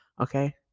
okay